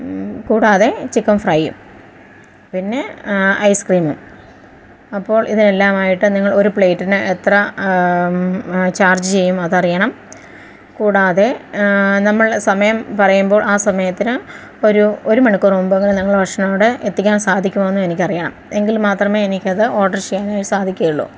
കൂടാതെ ചിക്കൻ ഫ്രൈയും പിന്നെ ഐസ്ക്രീമ് അപ്പോൾ ഇതിനെല്ലാം ആയിട്ട് നിങ്ങൾ ഒരു പ്ലേറ്റിന് എത്ര ചാർജ് ചെയ്യും അത് അറിയണം കൂടാതെ നമ്മൾ സമയം പറയുമ്പോൾ ആ സമയത്തിന് ഒരു ഒരു മണിക്കൂർ മുമ്പെങ്കിലും നിങ്ങൾ ഭക്ഷണം ഇവിടെ എത്തിക്കാൻ സാധിക്കുമോ എന്നും എനിക്ക് അറിയണം എങ്കിൽ മാത്രമേ എനിക്കത് ഓർഡർ ചെയ്യാനായി സാധിക്കുകയുള്ളു